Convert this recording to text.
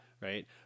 Right